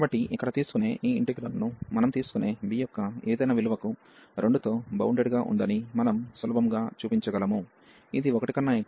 కాబట్టి ఇక్కడ తీసుకునే ఈ ఇంటిగ్రల్ ను మనం తీసుకునే b యొక్క ఏదైనా విలువకు 2 తో బౌండెడ్ గా ఉందని మనం సులభంగా చూపించగలము ఇది 1 కన్నా ఎక్కువ మరియు కన్నా తక్కువ